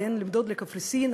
עליהם לנדוד לקפריסין,